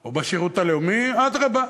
או בשירות הלאומי, אדרבה,